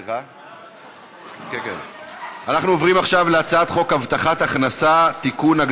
אנחנו עוברים עכשיו להצעת חוק הבטחת הכנסה (תיקון,